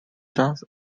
just